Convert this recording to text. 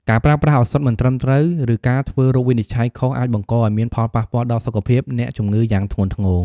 ការប្រើប្រាស់ឱសថមិនត្រឹមត្រូវ ឬការធ្វើរោគវិនិច្ឆ័យខុសអាចបង្កឱ្យមានផលប៉ះពាល់ដល់សុខភាពអ្នកជំងឺយ៉ាងធ្ងន់ធ្ងរ។